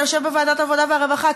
אתה יושב בוועדת העבודה והרווחה,